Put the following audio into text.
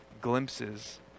glimpses